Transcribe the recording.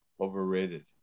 overrated